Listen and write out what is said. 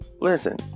Listen